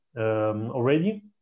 already